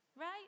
Right